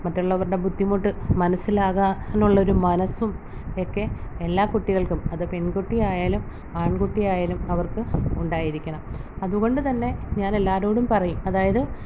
മറ്റുള്ളവരുടെ ബുദ്ധിമുട്ട് മനസ്സിലാകാനുള്ളൊരു മനസ്സുമൊക്കെ എല്ലാ കുട്ടികൾക്കും അത് പെൺകുട്ടി ആയാലും ആൺകുട്ടി ആയാലും അവർക്ക് ഉണ്ടായിരിക്കണം അതുകൊണ്ടുതന്നെ ഞാനെല്ലാവരോടും പറയും അതായത്